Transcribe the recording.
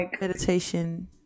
meditation